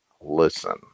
listen